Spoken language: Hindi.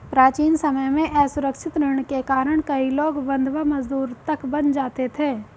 प्राचीन समय में असुरक्षित ऋण के कारण कई लोग बंधवा मजदूर तक बन जाते थे